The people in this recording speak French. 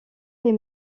les